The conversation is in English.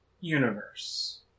Universe